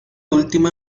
última